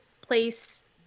place